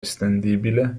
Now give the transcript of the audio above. estendibile